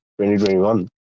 2021